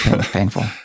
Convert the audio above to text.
painful